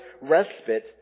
respite